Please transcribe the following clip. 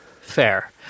Fair